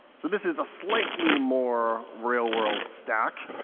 so this is a slightly more real world stack.